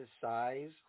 size